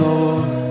Lord